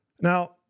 Now